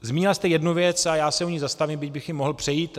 Zmínila jste jednu věc a já se u ní zastavím, byť bych ji mohl přejít.